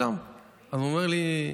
ואני עושה לו: